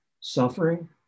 suffering